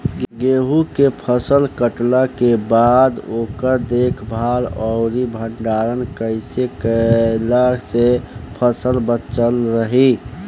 गेंहू के फसल कटला के बाद ओकर देखभाल आउर भंडारण कइसे कैला से फसल बाचल रही?